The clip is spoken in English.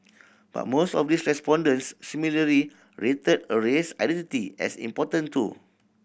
but most of these respondents similarly rated a race identity as important too